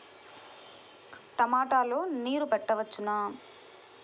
టమాట లో నీరు పెట్టవచ్చునా?